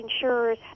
insurers